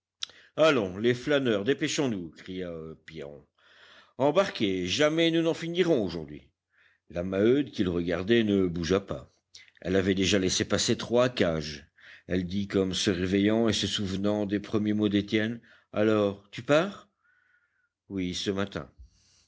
allons les flâneurs dépêchons-nous cria pierron embarquez jamais nous n'en finirons aujourd'hui la maheude qu'il regardait ne bougea pas elle avait déjà laissé passer trois cages elle dit comme se réveillant et se souvenant des premiers mots d'étienne alors tu pars oui ce matin